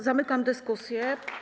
Zamykam dyskusję.